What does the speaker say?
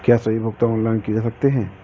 क्या सभी भुगतान ऑनलाइन किए जा सकते हैं?